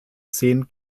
zehn